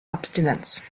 abstinenz